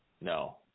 No